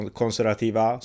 konservativa